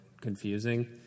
confusing